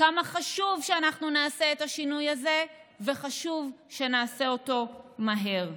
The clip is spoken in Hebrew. כמה חשוב שאנחנו נעשה את השינוי הזה וחשוב שנעשה אותו מהר.